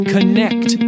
connect